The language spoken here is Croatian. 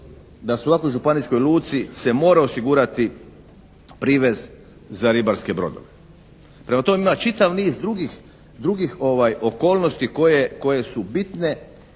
da svakoj županijskoj luci se mora osigurati privez za ribarske brodove. Prema tome ima čitav niz drugih, drugih okolnosti koje su bitne